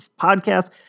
podcast